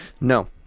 No